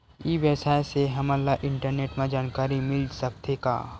ई व्यवसाय से हमन ला इंटरनेट मा जानकारी मिल सकथे का?